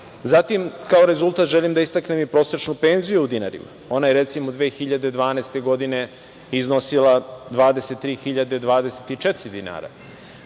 evra. Zatim, kao rezultat želim da istaknem i prosečnu penziju u dinarima. Ona je, recimo, 2012. godine iznosila 23.024 dinara,